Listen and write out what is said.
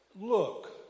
Look